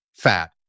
Fat